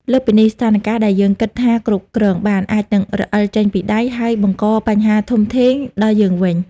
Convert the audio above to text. លើសពីនេះ ស្ថានការណ៍ដែលយើងគិតថាគ្រប់គ្រងបាន អាចនឹងរអិលចេញពីដៃ ហើយបង្កបញ្ហាធំធេងដល់យើងវិញ។